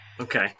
Okay